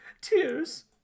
Tears